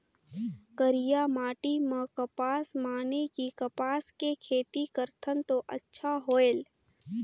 करिया माटी म कपसा माने कि कपास के खेती करथन तो अच्छा होयल?